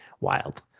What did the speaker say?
wild